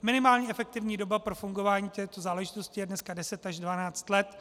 Minimální efektivní doba pro fungování této záležitosti je dneska 10 až 12 let.